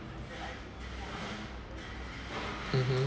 mmhmm